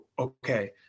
Okay